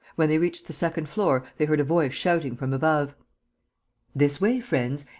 when they reached the second floor they heard a voice shouting from above this way, friends!